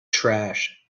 trash